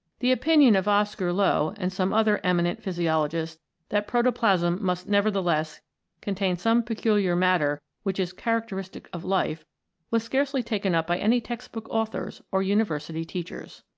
the opinion of oscar loew and some other eminent physiologists that protoplasm must nevertheless contain some peculiar matter which is characteristic of life was scarcely taken up by any textbook authors or university teachers.